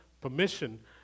permission